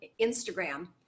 Instagram